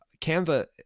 Canva